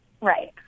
Right